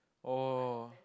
oh